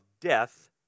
death